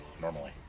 normally